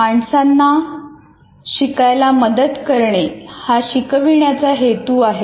माणसांना शिकायला मदत करणे हा शिकविण्याचा हेतू आहे